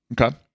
Okay